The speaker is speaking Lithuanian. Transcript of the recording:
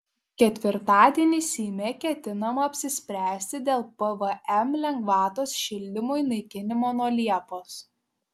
ketvirtadienį seime ketinama apsispręsti dėl pvm lengvatos šildymui naikinimo nuo liepos